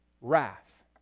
wrath